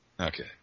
Okay